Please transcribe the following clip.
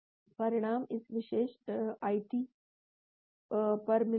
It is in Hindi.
परिणाम इस विशेष आईडी पर मिलते हैं